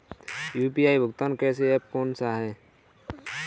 UPI भुगतान app कौन सा है?